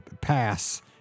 pass